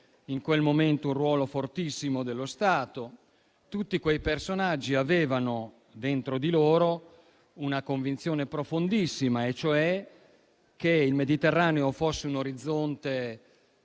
in quel momento, un ruolo fortissimo dello Stato. Tutti quei personaggi avevano dentro di loro una convinzione profondissima e, cioè, che il Mediterraneo fosse un orizzonte